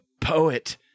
Poet